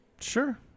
Sure